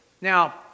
Now